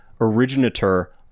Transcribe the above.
originator